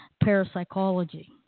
parapsychology